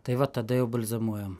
tai vat tada jau balzamuojam